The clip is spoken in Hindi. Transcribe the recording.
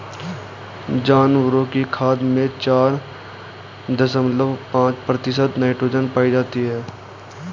जानवरों की खाद में चार दशमलव पांच प्रतिशत नाइट्रोजन पाई जाती है